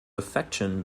affection